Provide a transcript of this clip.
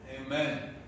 Amen